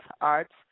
Arts